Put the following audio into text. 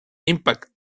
impact